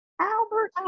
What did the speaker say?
Albert